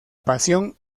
pasión